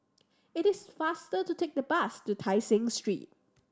it is faster to take the bus to Tai Seng Street